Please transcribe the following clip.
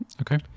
Okay